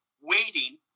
waiting